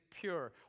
pure